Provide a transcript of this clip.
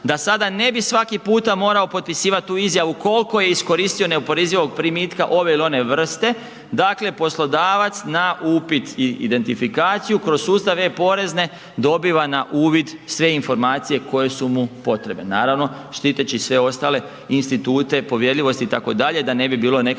da sada ne bi svaki puta morao potpisivat tu izjavu kolko je iskoristio neoporezivog primitka ove ili one vrste, dakle poslodavac na upit i identifikaciju kroz sustav e-porezne dobiva na uvid sve informacije koje su mu potrebne, naravno štiteći sve ostale institute povjerljivosti itd. da ne bi bilo nekakvih